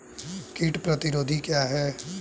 कीट प्रतिरोधी क्या है?